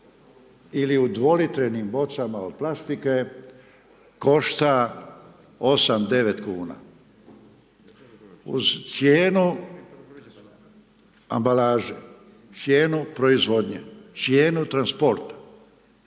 ili u dvolitrenim bocama od plastike, košta 8, 9 kn? Uz cijenu ambalaže. Cijenu proizvodnje, cijenu transporta.